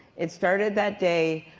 it started that day,